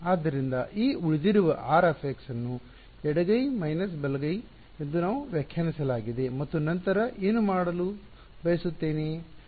ಆದ್ದರಿಂದ ಈ ಉಳಿದಿರುವ R ಅನ್ನು ಎಡಗೈ ಮೈನಸ್ ಬಲಗೈ ಎಂದು ವ್ಯಾಖ್ಯಾನಿಸಲಾಗಿದೆ ಮತ್ತು ನಂತರ ನಾನು ಏನು ಮಾಡಲು ಬಯಸುತ್ತೇನೆ